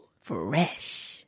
Fresh